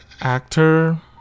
Actor